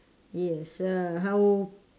yes uh how